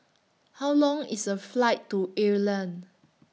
How Long IS The Flight to Ireland